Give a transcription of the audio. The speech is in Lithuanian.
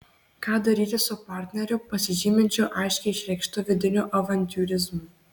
ką daryti su partneriu pasižyminčiu aiškiai išreikštu vidiniu avantiūrizmu